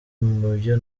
mubyo